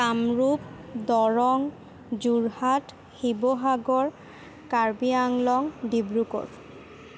Kamrup Darrang Jorhat Sivasagar Karbi Anglong Dibrugarh